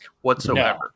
whatsoever